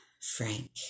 Frank